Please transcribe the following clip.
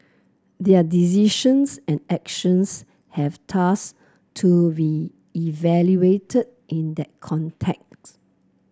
their decisions and actions have thus to be evaluated in that context